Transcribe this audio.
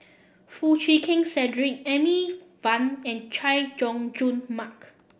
Foo Chee Keng Cedric Amy Van and Chay Jung Jun Mark